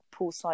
Poolside